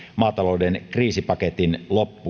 maatalouden kriisipaketin